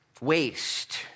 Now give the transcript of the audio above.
waste